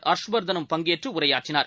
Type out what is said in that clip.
ஹர்ஷ்வர்தனும் பங்கேற்றுஉரையாற்றினார்